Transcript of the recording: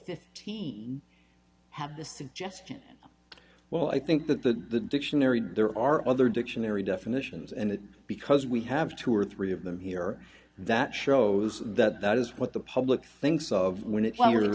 fifteen have the suggestion well i think that the dictionary do there are other dictionary definitions and because we have two or three of them here that shows that that is what the public thinks of when it